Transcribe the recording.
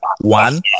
one